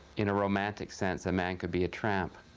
in a romantic sense, a man could be a tramp,